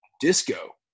Disco